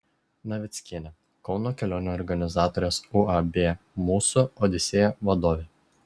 navickienė kauno kelionių organizatorės uab mūsų odisėja vadovė